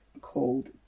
called